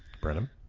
Brenham